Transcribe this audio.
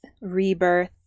rebirth